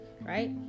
Right